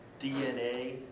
DNA